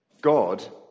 God